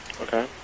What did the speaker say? Okay